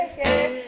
hey